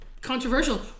controversial